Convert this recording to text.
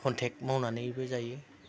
contract मावनानैबो जायो